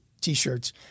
T-shirts